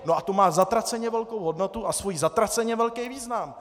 A to má zatraceně velkou hodnotu a svůj zatraceně velký význam!